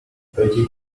petit